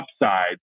upside